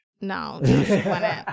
No